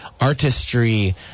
artistry